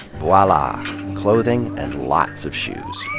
voila clothing and lots of shoes.